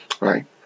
Right